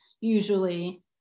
usually